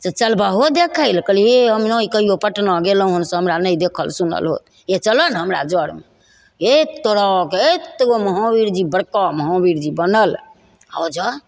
से चलबहो देखै ले कहलिए हे हम नहि कहिओ पटना गेलहुँ हँ से हमरा नहि देखल सुनल होत हे चलऽ ने हमरा जरमे हे तोहराके हे एतगो महावीरजी बड़का महावीरजी बनल आओर ओहिजाँ